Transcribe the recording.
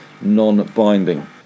non-binding